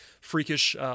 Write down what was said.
freakish